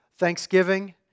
Thanksgiving